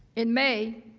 in may